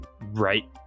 Right